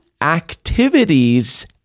activities